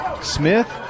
Smith